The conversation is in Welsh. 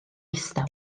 ddistaw